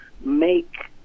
make